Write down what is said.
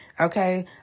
Okay